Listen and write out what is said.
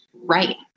right